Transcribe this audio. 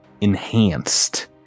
enhanced